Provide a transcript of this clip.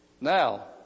Now